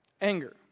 anger